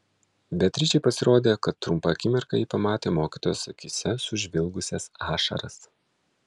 beatričei pasirodė kad trumpą akimirką ji pamatė mokytojos akyse sužvilgusias ašaras